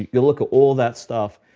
you'll look at all that stuff.